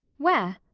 where?